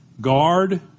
Guard